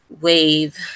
wave